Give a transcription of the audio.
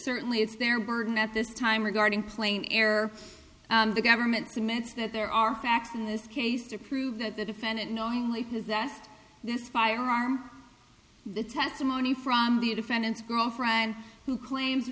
certainly it's their burden at this time regarding playing air the government's admits that there are facts in this case to prove that the defendant knowingly possessed this firearm the testimony from the defendant's girlfriend who claims